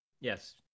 yes